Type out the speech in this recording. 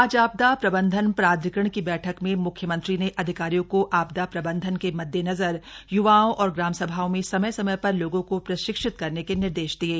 आज आपदा प्रबंधन प्राधिकरण की बैठक में मुख्यमंत्री ने अधिकारियों को आपदा प्रबंधन के मद्देनजर य्वाओं और ग्राम सभाओं में समय समय पर लोगों को प्रशिक्षित करने के निर्देश दिये